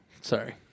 Sorry